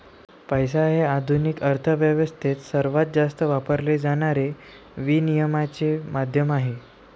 पैसा हे आधुनिक अर्थ व्यवस्थेत सर्वात जास्त वापरले जाणारे विनिमयाचे माध्यम आहे